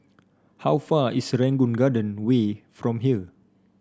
how far is Serangoon Garden Way from here